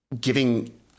giving